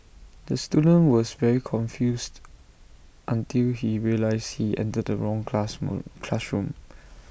the student was very confused until he realised he entered the wrong classroom